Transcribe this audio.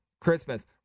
Christmas